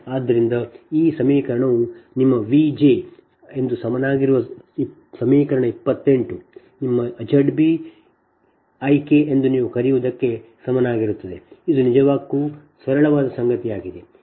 ಆದ್ದರಿಂದ ಈ ಸಮೀಕರಣವು ನಿಮ್ಮ Vj ಎಂದು ಸಮನಾಗಿರುವ 28 ಸಮೀಕರಣವು ನಿಮ್ಮ Z b I k ಎಂದು ನೀವು ಕರೆಯುವದಕ್ಕೆ ಸಮನಾಗಿರುತ್ತದೆ ಇದು ನಿಜಕ್ಕೂ ಸರಳವಾದ ಸಂಗತಿಯಾಗಿದೆ